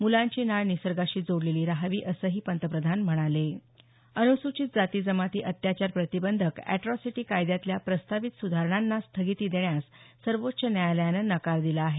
मुलांची नाळ निसर्गाशी जोडलेली राहावी असंही पंतप्रधान म्हणाले अनुसूचित जाती जमाती अत्याचार प्रतिबंधक एट्रॉसिटी कायद्यातल्या प्रस्तावित सुधारणांना स्थगिती देण्यास सर्वोच्च न्यायालयानं नकार दिला आहे